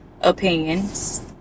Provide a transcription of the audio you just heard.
opinions